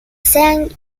sean